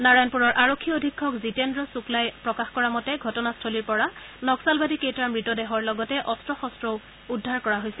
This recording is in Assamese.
নাৰায়ণপুৰ আৰক্ষী অধীক্ষক জিতেদ্ৰ শুক্লাই প্ৰকাশ কৰা মতে ঘটনাস্থলীৰ পৰা নক্সালবাদী কেইটাৰ মৃতদেহৰ লগতে অস্ত্ৰ শস্ত্ৰও উদ্ধাৰ কৰা হৈছে